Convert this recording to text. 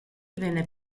venne